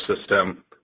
system